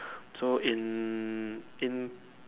so in in